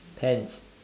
pens